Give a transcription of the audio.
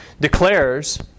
declares